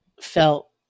felt